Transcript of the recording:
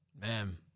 Man